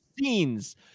scenes